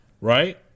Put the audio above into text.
right